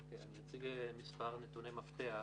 אני אציג מספר נתוני מפתח: